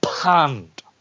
panned